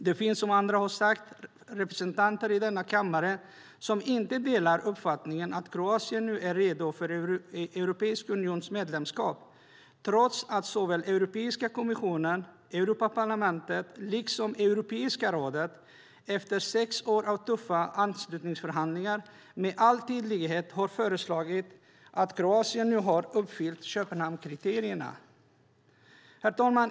Det finns, som andra har sagt, representanter i denna kammare som inte delar uppfattningen att Kroatien nu är redo för ett medlemskap i Europeiska unionen, trots att såväl Europeiska kommissionen och Europaparlamentet som Europeiska rådet, efter sex år av tuffa anslutningsförhandlingar, med all tydlighet har fastslagit att Kroatien nu har uppfyllt Köpenhamnskriterierna.